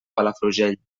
palafrugell